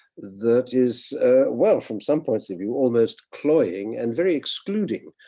that is well from some points of view almost cloying and very excluding